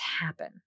happen